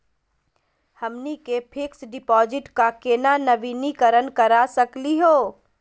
हमनी के fix deposit क केना नवीनीकरण करा सकली हो?